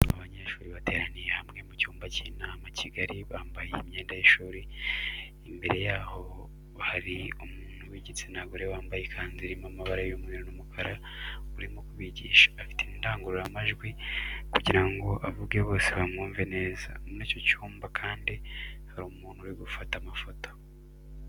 Abanyeshuri bateraniye hamwe mu cyumba cy'inama kigari bambaye imyenda y'ishuri, imbere yabo hari umuntu w'igitsina gore wambaye ikanzu irimo amabara y'umweu n'umukara urimo kubigisha, afite indangururamajwi kugira ngo avuge bose bamwumve neza. Muri icyo cyumba kandi hari umuntu uri gufata amafoto.